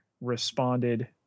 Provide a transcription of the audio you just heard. responded